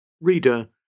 Reader